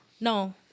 No